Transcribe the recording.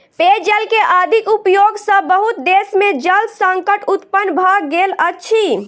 पेयजल के अधिक उपयोग सॅ बहुत देश में जल संकट उत्पन्न भ गेल अछि